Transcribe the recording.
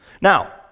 Now